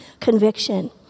conviction